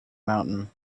mountain